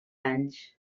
anys